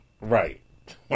Right